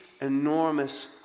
enormous